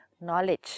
Knowledge